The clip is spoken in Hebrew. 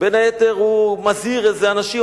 בין היתר הוא מזהיר איזה אנשים,